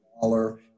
smaller